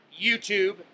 YouTube